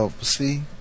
see